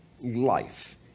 life